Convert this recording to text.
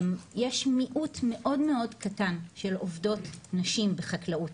יש מיעוט מאוד מאוד קטן של עובדות נשים בחקלאות,